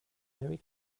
merry